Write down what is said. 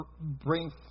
bring